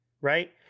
right